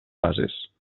bases